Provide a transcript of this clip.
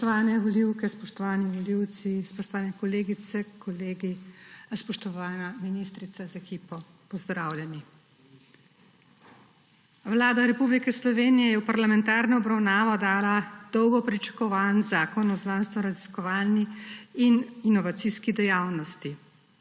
Spoštovane volivke, spoštovani volivci, spoštovane kolegice, kolegi, spoštovana ministrica za ekipo, pozdravljeni! Vlada Republike Slovenije je v parlamentarno obravnavo dala dolgo pričakovan zakon o znanstvenoraziskovalni in inovacijski dejavnosti.